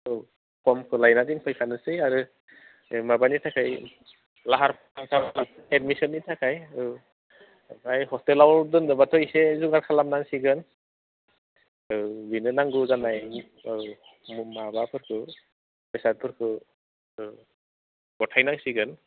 औ फर्मखौ लायना दोनफैखानोसै आरो माबानि थाखाय लाहार फाहार खालामनांगोन एडमिसननि थाखाय औ आफ्राय हस्टेलाव दोननोब्लाथाय एसे जुगार खालामनांसिगोन औ बेनो नांगौ जानाय औ माबाफोरखौ बेसादफोरखौ औ गथायनांसिगोन